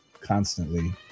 constantly